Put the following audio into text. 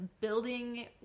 building